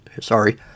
sorry